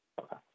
Okay